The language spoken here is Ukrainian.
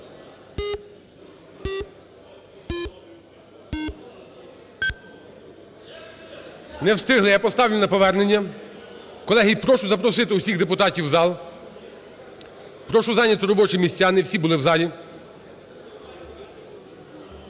Не встигли. Я поставлю на повернення. Колеги, і прошу запросити усіх депутатів в зал. Прошу зайняти робочі місця, не всі були в залі.